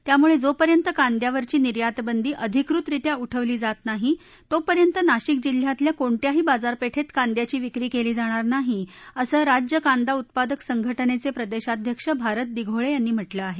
त्यामुळे जोपर्यंत कांद्यावरची निर्यातबंदी अधिकृतरित्या उठवली जात नाही तोपर्यंत नाशिक जिल्ह्यातल्या कोणत्याही बाजारपेठेत कांद्याची विक्री केली जाणार नाही असं राज्य कांदा उत्पादक संघटनेचे प्रदेशाध्यक्ष भारत दिघोळे यांनी म्हटलं आहे